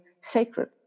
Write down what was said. sacred